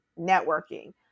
networking